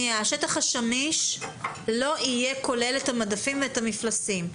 השטח השמיש לא יהיה כולל את המדפים ואת המפלסים.